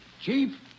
chief